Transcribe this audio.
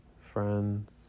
friends